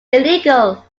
illegal